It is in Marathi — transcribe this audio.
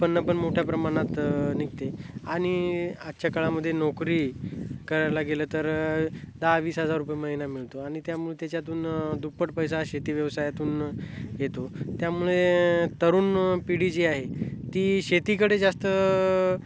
उत्पन्न पण मोठ्या प्रमाणात निघते आणि आजच्या काळामध्ये नोकरी करायला गेलं तर दहा वीस हजार रुपये महिना मिळतो आणि त्यामुळे त्याच्यातून दुप्पट पैसा शेती व्यवसायातून येतो त्यामुळे तरुण पिढी जी आहे ती शेतीकडे जास्त